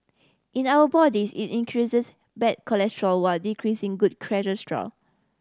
in our bodies it increases bad cholesterol while decreasing good cholesterol